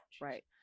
Right